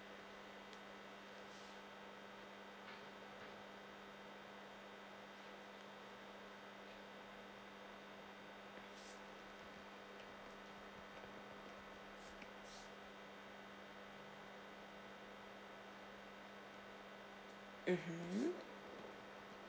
mmhmm